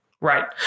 Right